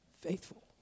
faithful